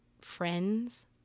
friends